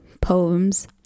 poems